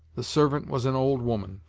the servant was an old woman,